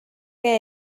què